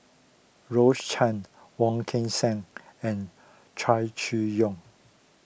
Rose Chan Wong Kan Seng and Chow Chee Yong